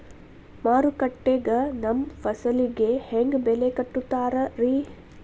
ಮಾರುಕಟ್ಟೆ ಗ ನಮ್ಮ ಫಸಲಿಗೆ ಹೆಂಗ್ ಬೆಲೆ ಕಟ್ಟುತ್ತಾರ ರಿ?